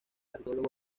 arqueólogo